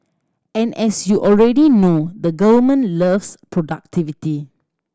and as you already know the government loves productivity